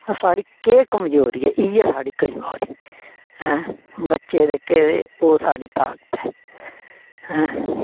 साढ़ी केह् कमजोरी ऐ इ'यै साढ़ी कजमोरी ऐं बच्चे जेह्के ते ओह् साढ़ी ताकत ऐ ऐं